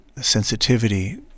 sensitivity